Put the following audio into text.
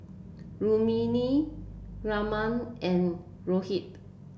Rukmini Raman and Rohit